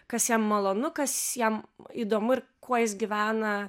kas jam malonu kas jam įdomu ir kuo jis gyvena